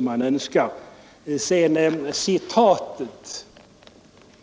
När det gäller citatet